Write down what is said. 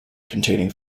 containing